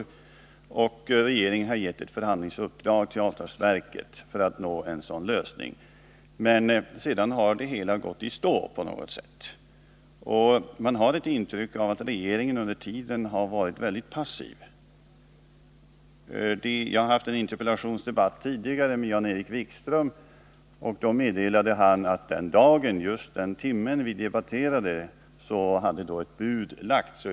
Regeringen har gett ett förhandlingsuppdrag till avtalsverket för att man skall nå en lösning. Men sedan har det hela gått i stå på något sätt. Man har ett intryck av att regeringen under tiden varit väldigt passiv. Jag hade tidigare en interpellationsdebatt med Jan-Erik Wikström. Då meddelade han att den dag och just den timme vi debatterade hade ett bud lagts.